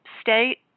state